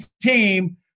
team